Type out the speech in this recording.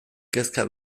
kezka